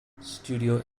studio